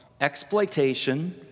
exploitation